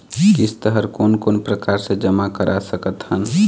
किस्त हर कोन कोन प्रकार से जमा करा सकत हन?